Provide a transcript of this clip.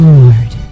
Lord